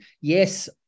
yes